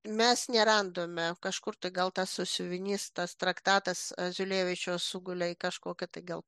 mes neradome kažkur tai gal tas sąsiuvinys tas traktatas aziulėvičiaus sugulė į kažkokią tai gal